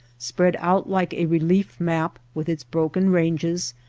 spread out like a relief map with its broken ranges,